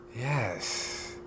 Yes